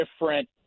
different